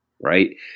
right